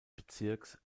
bezirks